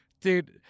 Dude